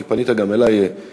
כי פנית גם אלי אישית,